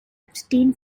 abstain